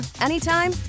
anytime